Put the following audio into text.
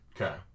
Okay